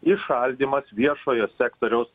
įšaldymas viešojo sektoriaus